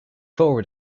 forward